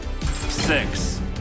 Six